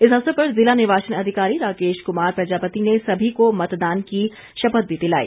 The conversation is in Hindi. इस अवसर पर जिला निर्वाचन अधिकारी राकेश कुमार प्रजापति ने सभी को मतदान की शपथ भी दिलाई